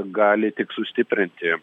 gali tik sustiprinti